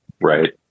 right